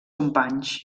companys